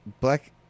Black